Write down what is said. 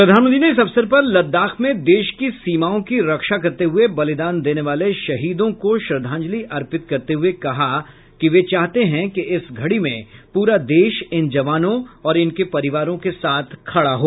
प्रधानमंत्री ने इस अवसर पर लद्दाख में देश की सीमाओं की रक्षा करते हुए बलिदान देने वाले शहीदों को श्रद्धांजलि अर्पित करते हुए कहा कि वे चाहते है कि इस घड़ी में पूरा देश इन जवानों और इनके परिवारों के साथ खड़ा हो